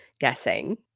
guessing